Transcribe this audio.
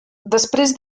després